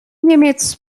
niemiec